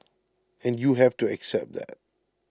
and you have to accept that